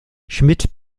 schmidt